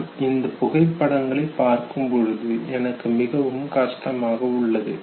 நான் இந்த புகைப்படங்களை பார்க்கும் பொழுது எனக்கு மிகவும் கஷ்டமாக உள்ளது